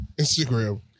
Instagram